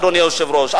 אדוני היושב-ראש,